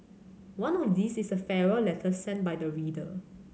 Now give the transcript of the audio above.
one of these is a farewell letter sent by the reader